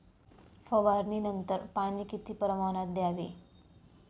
फवारणीनंतर पाणी किती प्रमाणात द्यावे?